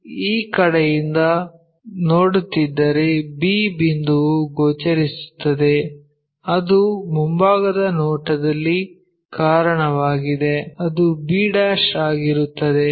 ಇಲ್ಲಿ ಈ ಕಡೆಯಿಂದ ನೋಡುತ್ತಿದ್ದರೆ b ಬಿಂದುವು ಗೋಚರಿಸುತ್ತದೆ ಅದು ಮುಂಭಾಗದ ನೋಟದಲ್ಲಿ ಕಾರಣವಾಗಿದೆ ಅದು b ಆಗಿರುತ್ತದೆ